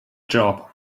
job